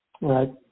Right